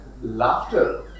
laughter